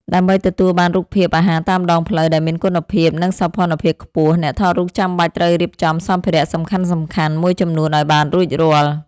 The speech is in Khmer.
ដើម្បីទទួលបានរូបភាពអាហារតាមដងផ្លូវដែលមានគុណភាព និងសោភ័ណភាពខ្ពស់ អ្នកថតរូបចាំបាច់ត្រូវរៀបចំសម្ភារៈសំខាន់ៗមួយចំនួនឱ្យបានរួចរាល់។